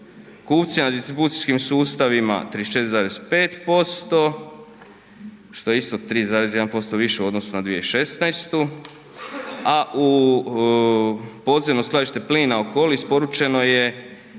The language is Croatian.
kupcima na distribucijskim sustavima 34,5%, što je isto 3,1% u odnosu na 2016. a u podzemno Skladište plina Okoli isporučeno je